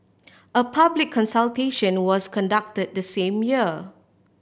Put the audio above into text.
a public consultation was conducted the same year